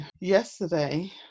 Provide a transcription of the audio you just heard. yesterday